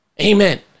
Amen